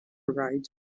ride